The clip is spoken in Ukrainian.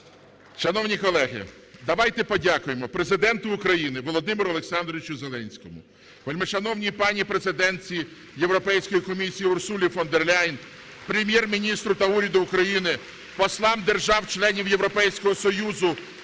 Шановні колеги, давайте подякуємо Президенту України Володимиру Олександровичу Зеленському, вельмишановній пані президентці Європейської комісії Урсулі фон дер Ляєн, Прем'єр-міністру та уряду України, послам держав-членів Європейського Союзу